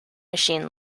machine